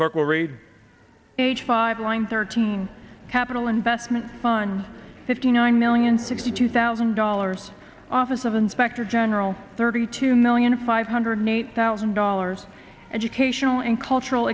will read age five line thirteen capital investment son fifty nine million sixty two thousand dollars office of inspector general thirty two million five hundred eight thousand dollars educational and cultural